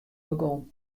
begûn